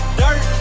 dirt